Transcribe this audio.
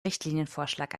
richtlinienvorschlag